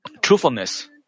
truthfulness